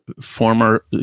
former